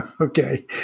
Okay